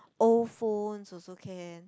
old phones also can